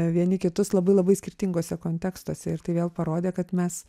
vieni kitus labai labai skirtinguose kontekstuose ir tai vėl parodė kad mes